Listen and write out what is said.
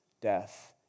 death